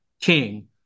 King